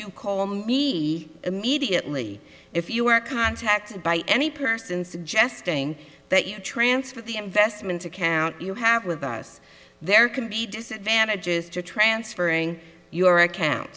you call me immediately if you were contacted by any person suggesting that you transfer the investment account you have with us there can be disadvantages to transferring your account